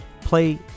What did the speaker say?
play